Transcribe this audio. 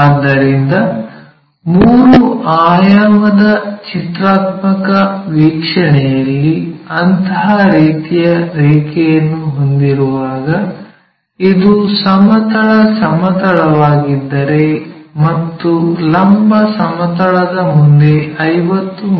ಆದ್ದರಿಂದ 3 ಆಯಾಮದ ಚಿತ್ರಾತ್ಮಕ ವೀಕ್ಷಣೆಯಲ್ಲಿ ಅಂತಹ ರೀತಿಯ ರೇಖೆಯನ್ನು ಹೊಂದಿರುವಾಗ ಇದು ಸಮತಲ ಸಮತಲವಾಗಿದ್ದರೆ ಮತ್ತು ಲಂಬ ಸಮತಲದ ಮುಂದೆ 50 ಮಿ